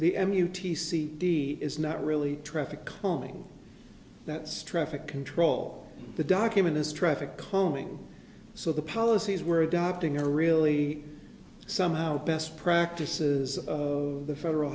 the m u t c d is not really traffic calming that's traffic control the document is traffic calming so the policies were adopting a really somehow best practices of the federal